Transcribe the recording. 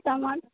टमाटर